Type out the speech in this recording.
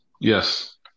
Yes